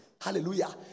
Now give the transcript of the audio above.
hallelujah